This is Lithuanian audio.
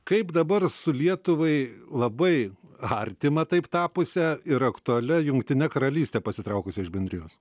kaip dabar su lietuvai labai artima taip tapusia ir aktualia jungtine karalyste pasitraukus iš bendrijos